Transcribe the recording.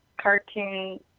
cartoon